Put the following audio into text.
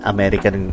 American